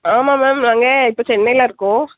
ஆமாம் மேம் நாங்கள் இப்போது சென்னையில் இருக்கோம்